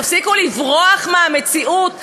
תפסיקו לברוח מהמציאות.